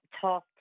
talk